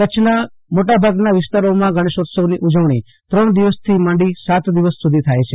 કરછના મોટા ભાગના વિસ્તારોમાં ગણેશોત્સવ ત્રણ દિવસથી માંડી સાત દિવસ સુધી થાય છે